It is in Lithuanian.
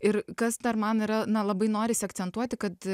ir kas dar man yra na labai norisi akcentuoti kad